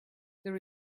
there